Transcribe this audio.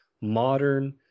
modern